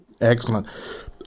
Excellent